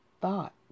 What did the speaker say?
thought